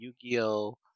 Yu-Gi-Oh